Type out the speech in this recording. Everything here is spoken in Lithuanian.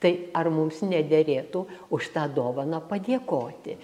tai ar mums nederėtų už tą dovaną padėkoti